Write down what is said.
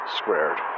squared